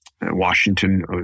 Washington